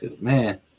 man